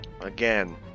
again